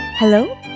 Hello